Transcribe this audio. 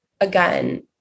again